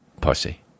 Pussy